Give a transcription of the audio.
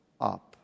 up